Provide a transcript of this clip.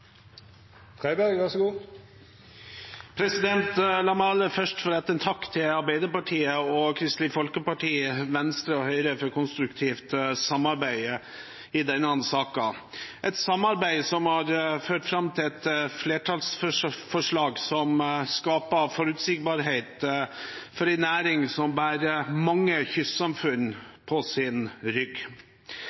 Høyre for konstruktivt samarbeid i denne saken, et samarbeid som har ført fram til et flertallsforslag som skaper forutsigbarhet for en næring som bærer mange kystsamfunn på sin rygg.